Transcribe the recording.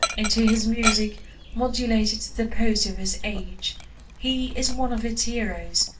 into his music modulated the poesy of his age he is one of its heroes,